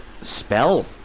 spell